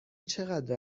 چقدر